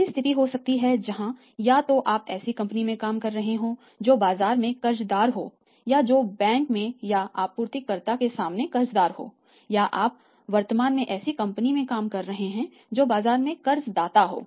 ऐसी स्थिति हो सकती है जहां या तो आप ऐसी कंपनी में काम कर रहे हों जो बाजार में कर्ज़दार हो या जो बैंक में या आपूर्ति कर्ता के सामने कर्ज़दार हो या आप वर्तमान में ऐसी कंपनी में काम कर रही हो जो बाजार में कर्जदाता हो